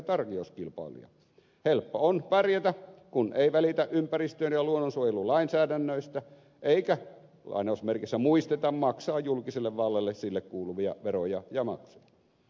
helppo on pärjätä kun ei välitä ympäristön ja luonnonsuojelulainsäädännöistä eikä lainausmerkeissä sanottuna muisteta maksaa julkiselle vallalle sille kuuluvia veroja ja maksuja